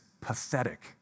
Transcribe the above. pathetic